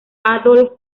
adolf